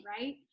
right